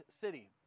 city